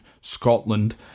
Scotland